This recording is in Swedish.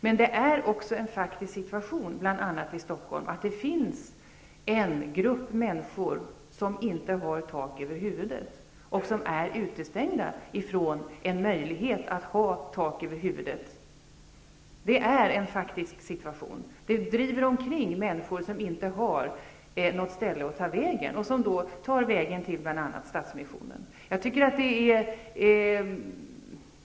Men det är också en faktisk situation, bl.a. i Stockholm, att det finns en grupp människor som inte har tak över huvudet och som är utestängda från möjligheten att ha tak över huvudet. Det driver omkring människor som inte har någonstans att ta vägen, och som då tar vägen till bl.a. Stadsmissionen.